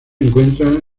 encuentra